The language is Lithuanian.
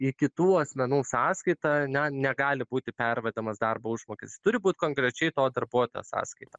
į kitų asmenų sąskaitą na negali būti pervedamas darbo užmokes turi būt konkrečiai to darbuotojo sąskaita